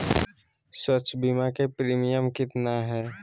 स्वास्थ बीमा के प्रिमियम कितना है?